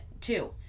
two